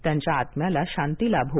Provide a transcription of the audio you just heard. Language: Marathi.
त्यांच्या आत्म्याला शांती लाभो